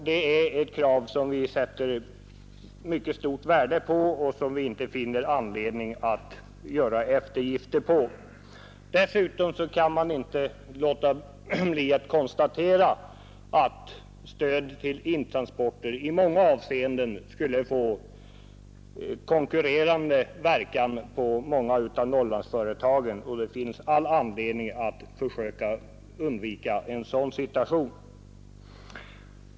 Det är ett krav som vi sätter stort värde på och som vi inte finner anledning att göra eftergifter på. Dessutom kan man inte låta bli att konstatera att stöd till intransporter i många avseenden skulle få konkurrerande verkan på många av Norrlandsföretagen. Det finns all anledning att förebygga att en sådan situation uppstår.